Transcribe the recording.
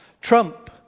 Trump